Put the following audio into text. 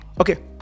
Okay